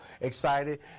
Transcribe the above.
excited